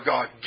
God